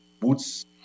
Boots